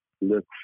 look